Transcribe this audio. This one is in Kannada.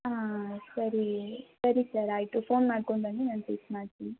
ಹಾಂ ಸರಿ ಸರಿ ಸರ್ ಆಯಿತು ಫೋನ್ ಮಾಡ್ಕೊಂಡು ಬನ್ನಿ ನಾನು ಪಿಕ್ ಮಾಡ್ತೀನಿ